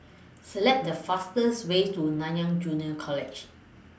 Select The fasters Way to Nanyang Junior College